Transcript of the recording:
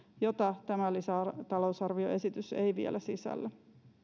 jota tämä lisätalousarvioesitys ei vielä sisällä